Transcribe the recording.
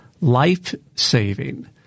life-saving